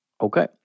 Okay